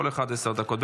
כל אחד עשר דקות.